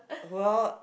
well